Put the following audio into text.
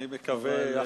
אני מקווה,